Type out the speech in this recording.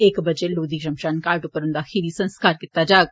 इक बजे लोघी शमशान घाट उप्पर उन्दा खीरी संस्कार कीता जाग